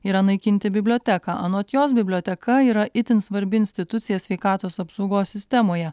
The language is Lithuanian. yra naikinti biblioteką anot jos biblioteka yra itin svarbi institucija sveikatos apsaugos sistemoje